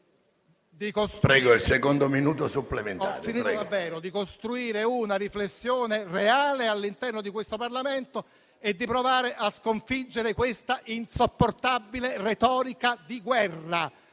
il coraggio di costruire una riflessione reale all'interno di questo Parlamento e di provare a sconfiggere questa insopportabile retorica di guerra: